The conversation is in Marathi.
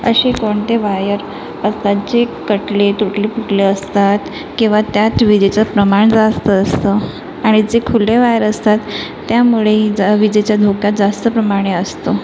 असे कोणते वायर असतात जे कटले तुटलं पुटले असतात किंवा त्यात विजेचं प्रमाण जास्त असतं आणि जे खुल्ले वायर असतात त्यामुळे ही जा विजेचा धोका जास्त प्रमाणे असतो